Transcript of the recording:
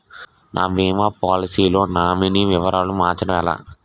నా భీమా పోలసీ లో నామినీ వివరాలు మార్చటం ఎలా?